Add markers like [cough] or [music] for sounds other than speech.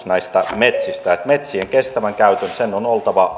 [unintelligible] näistä metsistä että metsien kestävän käytön on oltava